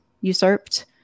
usurped